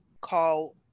call